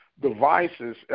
devices